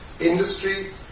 industry